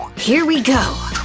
here we go!